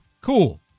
Cool